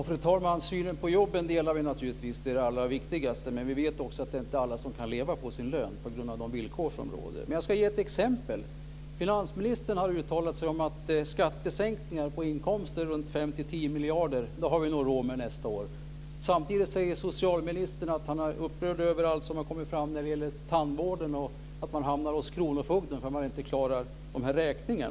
Fru talman! Synen på jobben delar vi naturligtvis. Det är det allra viktigaste, men vi vet också att alla inte kan leva på sin lön på grund av de villkor som råder. Jag ska ge ett exempel. Finansministern har uttalat sig om att vi nog har råd med skattesänkningar på 5 10 miljarder på inkomster. Samtidigt säger socialministern att han är upprörd över allt som har kommit fram när det gäller tandvården och att man hamnar hos kronofogden därför att man inte klarar dessa räkningar.